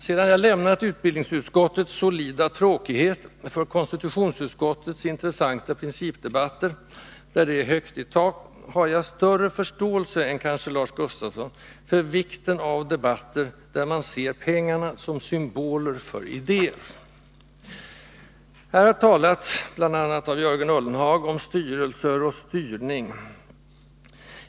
Sedan jag lämnat utbildningsutskottets solida tråkighet för konstitutionsutskottets intressanta principdebatter, där det är högt i tak, har jag större förståelse än vad Lars Gustafsson har för vikten av debatter där man kan se pengarna som symboler för idéer. Här har talats, bl.a. av Jörgen Ullenhag, om styrelser och styrning.